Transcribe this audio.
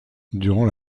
durant